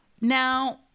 Now